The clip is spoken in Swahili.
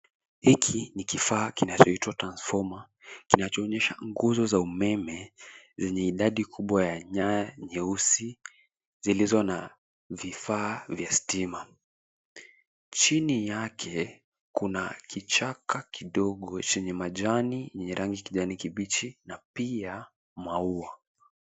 Hiki ni kifaa kinachoitwa Transformer kinachoonyesha nguzo za umeme zenye idadi kubwa ya nyaya, nyeusi zilizo na vifaa, vya stima. Chini yake kuna kichaka kidogo chenye majani, yenye rangi kijani kibichi na pia maua.